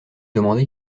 demander